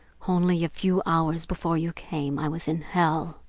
only a few hours before you came, i was in hell!